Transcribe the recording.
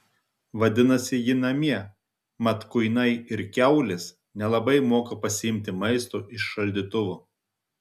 vadinasi ji namie mat kuinai ir kiaulės nelabai moka pasiimti maisto iš šaldytuvo